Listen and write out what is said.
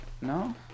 No